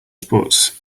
sports